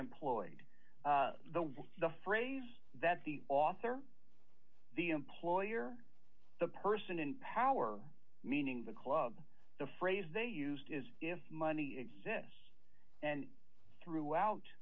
employed the phrase that the author the employer the person in power meaning the club the phrase they used is if money exists and throughout